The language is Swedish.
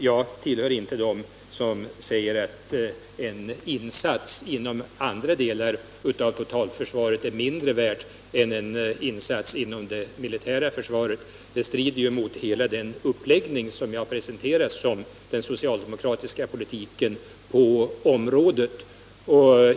Jag tillhör inte dem som säger att en insats inom andra delar av totalförsvaret är mindre värd än en insats inom det militära försvaret. Det strider ju emot hela den uppläggning som jag presenterat som den socialdemokratiska politiken på området.